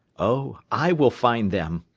oh, i will find them.